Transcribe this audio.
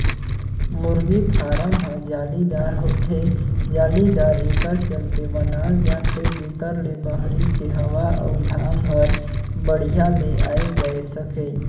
मुरगी फारम ह जालीदार होथे, जालीदार एकर चलते बनाल जाथे जेकर ले बहरी के हवा अउ घाम हर बड़िहा ले आये जाए सके